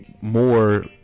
more